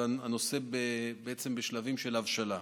והנושא בשלבים של הבשלה.